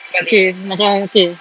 okay macam okay